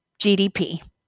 GDP